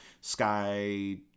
Sky